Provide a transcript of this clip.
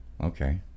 Okay